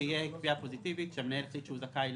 כדי שתהיה קביעה פוזיטיבית שהמנהל החליט שהוא זכאי